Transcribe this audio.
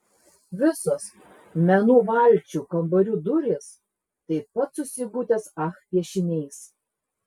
visos menų valčių kambarių durys taip pat su sigutės ach piešiniais